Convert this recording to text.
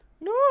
No